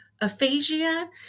aphasia